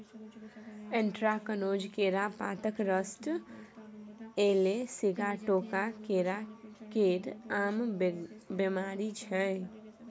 anthracnose, केरा पातक rust, yellow sigatoka केरा केर आम बेमारी छै